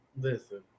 Listen